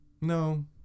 No